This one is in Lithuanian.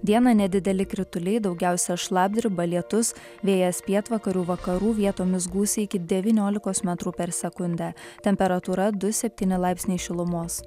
dieną nedideli krituliai daugiausia šlapdriba lietus vėjas pietvakarių vakarų vietomis gūsiai iki devyniolikos metrų per sekundę temperatūra du septyni laipsniai šilumos